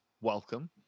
welcome